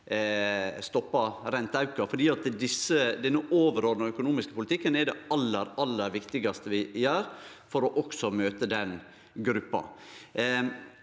stoppar renteauken. Denne overordna økonomiske politikken er det aller, aller viktigaste vi gjer for å møte den gruppa.